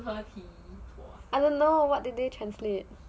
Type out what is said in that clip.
I dunno what did they translate